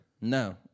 No